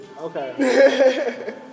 Okay